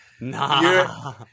Nah